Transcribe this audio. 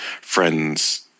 friends